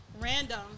Random